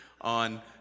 on